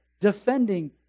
defending